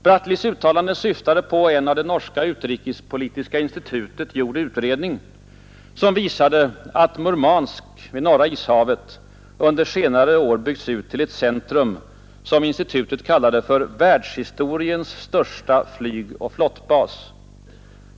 Hans uttalande syftade på en av det norska utrikespolitiska institutet gjord utredning, som visade att Murmansk vid Norra ishavet under senare år byggts ut till ett centrum, som institutet kallade för världshistoriens största flygoch flottbas.